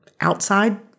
outside